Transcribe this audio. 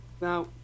Now